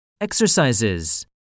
Exercises